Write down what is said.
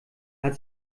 hat